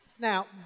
Now